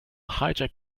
hijack